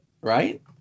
right